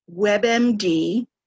WebMD